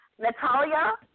Natalia